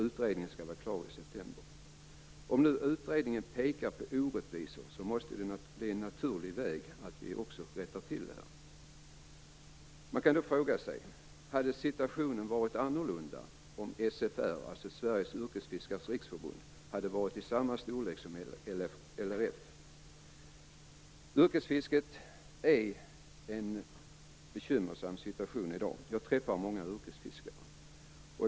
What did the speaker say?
Utredningen skall vara klar i september. Om nu utredningen pekar på orättvisor är det naturligt att vi också rättar till dem. Man kan då fråga sig: Hade situationen varit en annan, om SFR, alltså Sveriges yrkesfiskares riksförbund, hade varit av samma storlek som LRF? Yrkesfisket är i en bekymmersam situation i dag. Jag träffar många yrkesfiskare.